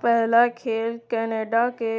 پہلا کھیل کینیڈا کے